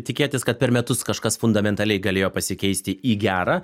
tikėtis kad per metus kažkas fundamentaliai galėjo pasikeisti į gerą